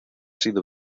sido